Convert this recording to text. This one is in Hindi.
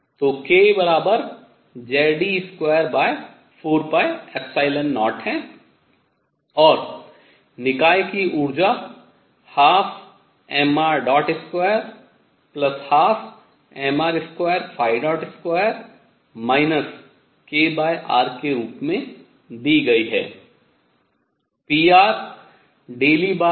तो kZe24π0 है और निकाय की ऊर्जा 12mr212mr22 kr के रूप में दी गई है